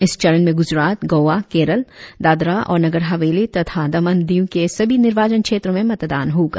इस चरण में ग्रजात गोआ केरल दादरा और नगर हवेली तथा दमन दीव के सभी निर्वाचन क्षेत्रों में मतदान होगा